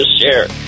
share